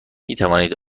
میتوانید